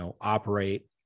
operate